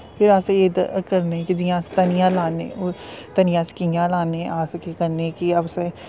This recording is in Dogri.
फिर अस एह् करने कि जि'यां अस धनियां लान्ने धनियां अस कि'यां लान्ने अस केह् करने कि अस